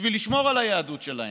בשביל לשמור על היהדות שלהם.